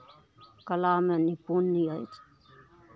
कलामे निपुण अछि